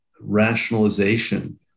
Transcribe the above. rationalization